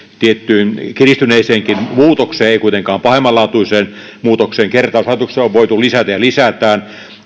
tiettyyn kiristyneeseenkin muutokseen ei kuitenkaan pahemmanlaatuiseen muutokseen kertausharjoituksia on voitu lisätä ja lisätään